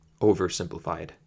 oversimplified